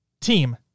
Team